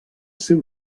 seu